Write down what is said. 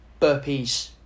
burpees